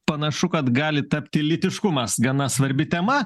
panašu kad gali tapti lytiškumas gana svarbi tema